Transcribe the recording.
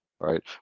right